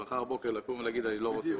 לקום מחר בבוקר ולומר שהוא לא רוצה.